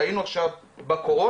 ראינו עכשיו בקורונה,